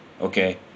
okay